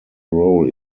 role